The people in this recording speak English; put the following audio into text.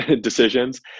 decisions